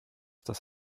das